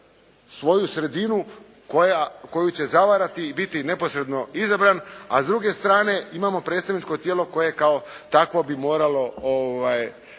svoju sredinu koju će zavarati i biti neposredno izabran, a s druge strane imamo predstavničko tijelo koje kao takvo bi moralo